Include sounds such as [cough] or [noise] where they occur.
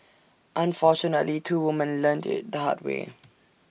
unfortunately two women learnt IT the hard way [noise]